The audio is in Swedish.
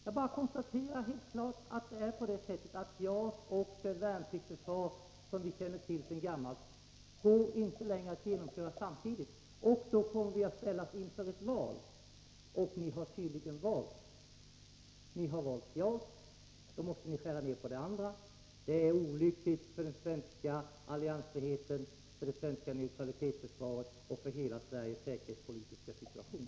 Jag bara konstaterar helt klart att JAS och det värnpliktsförsvar som vi känner till sedan gammalt inte går att genomföra samtidigt, och då kommer vi att ställas inför ett val. Ni har tydligen redan valt — ni har valt JAS. Då måste ni skära ner på det andra. Det är olyckligt för den svenska alliansfriheten, för det svenska neutralitetsförsvaret och för hela Sveriges säkerhetspolitiska situation.